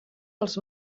els